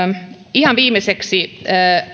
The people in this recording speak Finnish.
ihan viimeiseksi